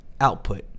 Output